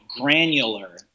granular